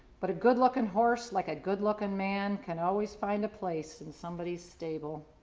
but a good looking horse, like a good looking man, can always find a place in somebody's stable.